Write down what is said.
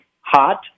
hot